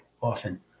often